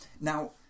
now